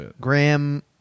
Graham